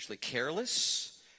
careless